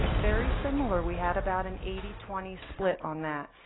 very similar. we had about an eighty twenty split on that.